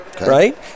right